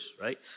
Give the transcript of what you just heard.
Right